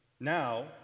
Now